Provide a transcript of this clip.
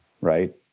right